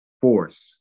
force